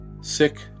Sick